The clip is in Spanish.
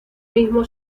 mismo